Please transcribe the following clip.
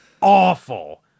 awful